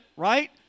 right